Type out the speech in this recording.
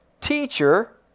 Teacher